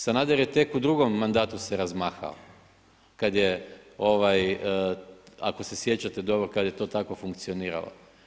Sanader je tek u drugom mandatu se razmahao kad je, ako se sjećate dobro kad je to tako funkcioniralo.